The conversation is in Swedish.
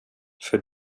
för